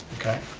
okay.